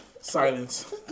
Silence